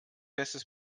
festes